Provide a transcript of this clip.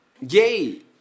Yay